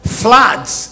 floods